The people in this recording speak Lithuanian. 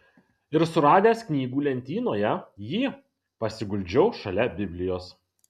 ir suradęs knygų lentynoje jį pasiguldžiau šalia biblijos